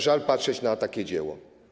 Żal patrzeć na takie dzieło.